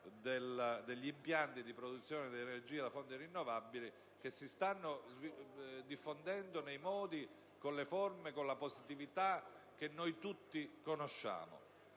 degli impianti di produzione di energia da fonti rinnovabili, che si stanno diffondendo nei modi, nelle forme positive che tutti conosciamo.